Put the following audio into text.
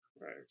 Right